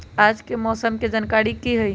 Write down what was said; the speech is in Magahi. आज के मौसम के जानकारी कि हई?